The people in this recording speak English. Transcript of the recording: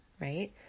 right